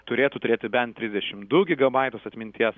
turėtų turėti bent trisdešimt du gigabaitus atminties